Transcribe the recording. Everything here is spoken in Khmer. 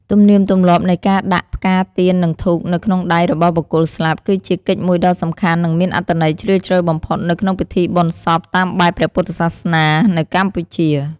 ទំនៀមទម្លាប់នៃការដាក់ ផ្កា ទៀន និងធូប នៅក្នុងដៃរបស់បុគ្គលស្លាប់ គឺជាកិច្ចមួយដ៏សំខាន់ និងមានអត្ថន័យជ្រាលជ្រៅបំផុតនៅក្នុងពិធីបុណ្យសពតាមបែបព្រះពុទ្ធសាសនានៅកម្ពុជា។